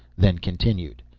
then continued.